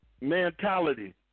mentality